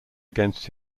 against